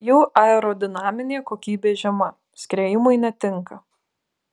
jų aerodinaminė kokybė žema skriejimui netinka